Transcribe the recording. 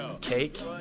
Cake